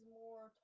more